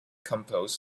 compose